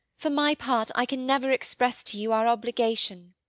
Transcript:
for my part, i can never express to you our obligation.